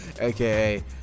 Aka